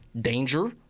danger